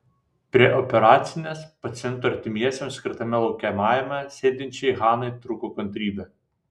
prie operacinės pacientų artimiesiems skirtame laukiamajame sėdinčiai hanai trūko kantrybė